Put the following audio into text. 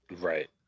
Right